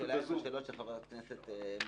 חברת הכנסת מואטי,